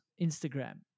Instagram